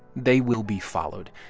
they will be followed.